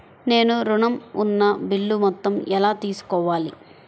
నేను ఋణం ఉన్న బిల్లు మొత్తం ఎలా తెలుసుకోవాలి?